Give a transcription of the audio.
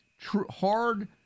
hard